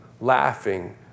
laughing